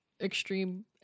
extreme